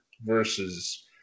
versus